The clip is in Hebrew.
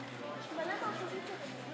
כן, הצעת החוק לא נתקבלה.